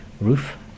roof